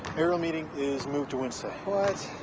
ariel meeting is moved to wednesday. what?